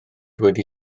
wedi